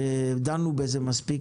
דנו בזה מספיק,